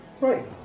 Right